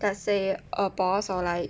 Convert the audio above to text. let's say a boss or like